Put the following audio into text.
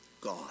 God